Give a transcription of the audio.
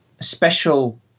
special